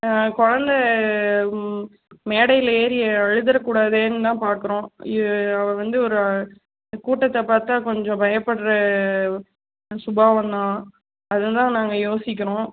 கொழந்த மேடையில் ஏறி அழுதுவிட கூடாதேன்னுதான் பார்க்குறோம் ஐயையையோ அவ வந்து ஒரு கூட்டத்தை பார்த்தா கொஞ்சம் பயப்புடுற சுபாவம்தான் அதுதான் நாங்கள் யோசிக்கிறோம்